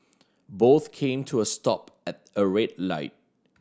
both came to a stop at a red light